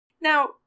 Now